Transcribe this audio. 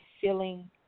feeling